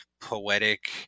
poetic